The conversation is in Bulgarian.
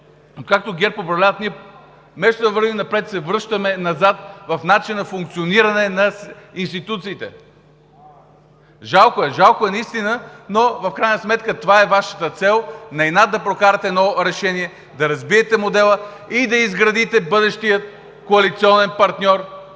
откакто ГЕРБ управляват, ние вместо да вървим напред, се връщаме назад в начина на функциониране на институциите? Жалко е. Жалко е наистина, но в крайна сметка това е Вашата цел – на инат да прокарате едно решение, да разбиете модела и да изградите бъдещия коалиционен партньор,